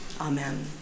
Amen